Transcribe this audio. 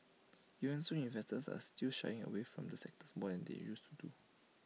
even so investors are still shying away from the sectors more than they used to